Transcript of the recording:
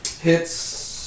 hits